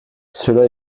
cela